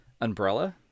umbrella